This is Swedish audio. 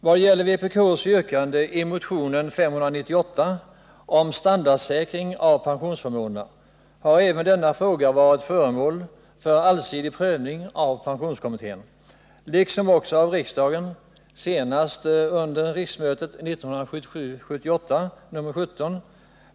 Vad gäller vpk:s yrkande i motionen 598 om standardsäkring av pensionsförmånerna har även denna fråga varit föremål för allsidig prövning av pensionskommittén, liksom också av riksdagen senast under riksmötet 1977/78 i socialförsäkringsutskottets betänkande nr 17.